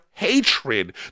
Hatred